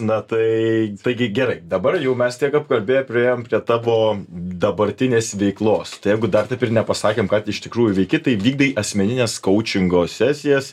na tai taigi gerai dabar jau mes tiek apkalbėję priėjom prie tavo dabartinės veiklos tai jeigu dar taip ir nepasakėm ką tu iš tikrųjų veiki tai vykdai asmenines kaučingo sesijas